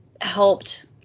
helped